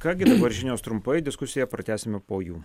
ką gi dabar žinios trumpai diskusiją pratęsime po jų